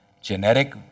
Genetic